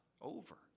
over